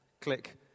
click